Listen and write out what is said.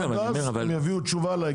עד אז יביאו תשובה.